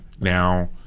Now